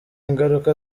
ingaruka